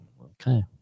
Okay